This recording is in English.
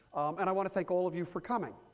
and i want to thank all of you for coming.